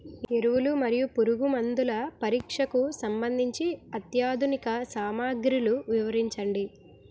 ఎరువులు మరియు పురుగుమందుల పరీక్షకు సంబంధించి అత్యాధునిక సామగ్రిలు వివరించండి?